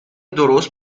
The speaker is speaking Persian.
درست